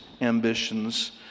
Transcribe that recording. ambitions